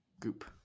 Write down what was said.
Goop